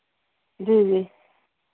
ਜੀ ਜੀ